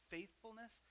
Faithfulness